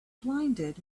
blinded